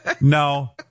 No